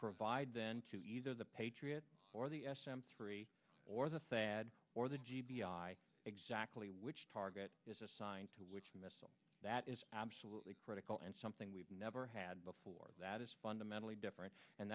provide then to either the patriot or the s m three or the thad or the g b i exactly which target is assigned to which missile that is absolutely critical and something we've never had before that is fundamentally different and